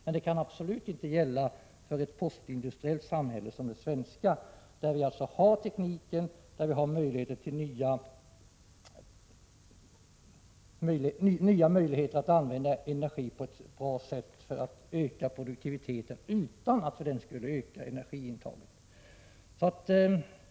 Men det kan absolut inte gälla för ett postindustriellt samhälle som det svenska, där vi har tekniken och möjlighet att använda energi på ett bra sätt för att öka produktiviteten utan att för den skull öka energiintaget.